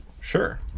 sure